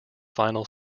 final